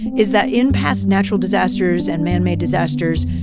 is that in past natural disasters and man-made disasters,